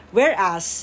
Whereas